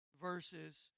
verses